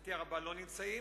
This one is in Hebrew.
לשמחתי הרבה לא נמצאים.